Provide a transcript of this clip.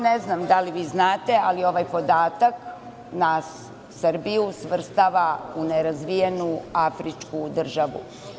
Ne znam da li vi znate ali ovaj podatak nas Srbiju svrstava u nerazvijenu Afričku državu.